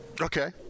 Okay